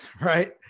right